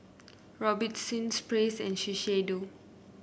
Robitussin Praise and Shiseido